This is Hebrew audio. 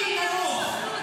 לא,